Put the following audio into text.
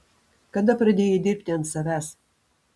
kada pradėjai dirbti ant savęs